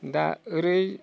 दा ओरै